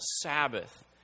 Sabbath